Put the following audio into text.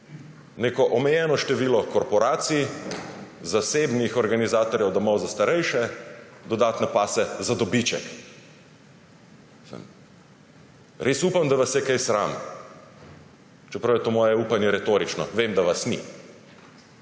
neko omejeno število korporacij, zasebnih organizatorjev domov za starejše dodatno pase za dobiček. Res upam, da vas je kaj sram, čeprav je to moje upanje retorično. Vem, da vas ni.